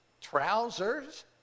trousers